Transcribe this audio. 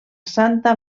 santa